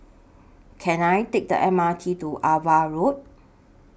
Can I Take The M R T to AVA Road